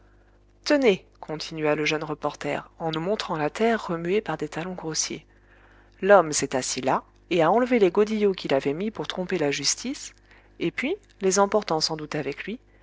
tenez continua le jeune reporter en nous montrant la terre remuée par des talons grossiers l'homme s'est assis là et a enlevé les godillots qu'il avait mis pour tromper la justice et puis les emportant sans doute avec lui